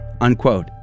unquote